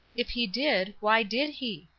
if he did, why did he?